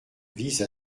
vise